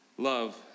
Love